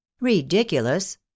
Ridiculous